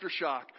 aftershock